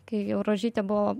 kai jau rožytė buvo